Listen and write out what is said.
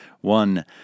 one